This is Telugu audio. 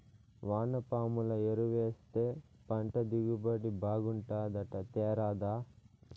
వానపాముల ఎరువేస్తే పంట దిగుబడి బాగుంటాదట తేరాదా